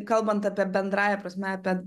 kalbant apie bendrąja prasme apie